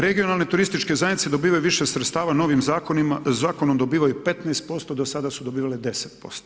Regionalne turističke zajednice dobivaju više sredstava, novim Zakonom dobivaju 15%, do sada su dobivale 10%